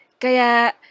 Kaya